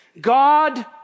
God